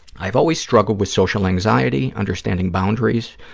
i've always struggled with social anxiety, understanding boundaries,